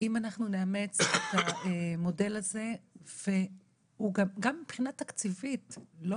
אם אנחנו נאמץ את המודל הזה וגם מבחינה תקציבית לא